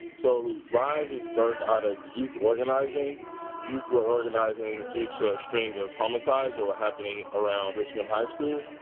so ryse was birthed out of youth organizing youths were organizing due to a string of homicides that were happening around richmond high school.